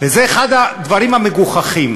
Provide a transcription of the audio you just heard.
וזה אחד הדברים המגוחכים,